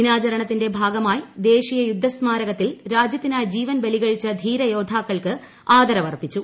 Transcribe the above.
ദിനാചരണത്തിന്റെ ഭാഗമായി ദേശീയ യുദ്ധ സ്മാരകത്തിൽ രാജ്യത്തിനായി ജീവൻ ബലികഴിച്ച ധീര യോദ്ധാക്കൾക്ക് ആദരവ് അർപ്പിച്ചു